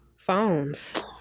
phones